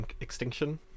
Extinction